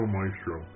Maestro